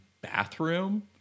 bathroom